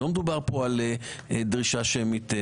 לא מדובר כאן על דרישה שמית.